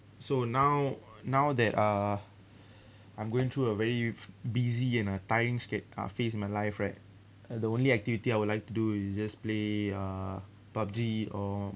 so now now that uh I'm going through a very busy and a tiring sche~ uh phase in my life right uh the only activity I would like to do is just play uh pubg or